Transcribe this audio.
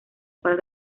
cual